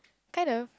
kind of